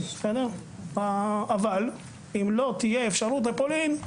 אבל אם לא תהיה אפשרות לצאת לפולין,